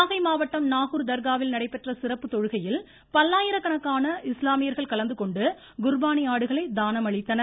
நாகை மாவட்டம் நாகூர் தர்காவில் நடைபெற்ற சிறப்பு தொழுகையில் பல்லாயிரக்கணக்கான இஸ்லாமியர்கள் கலந்துகொண்டு குர்பானி ஆடுகளை தானம் அளித்தனர்